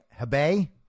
hebei